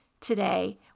today